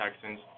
Texans